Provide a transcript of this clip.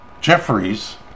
Jeffries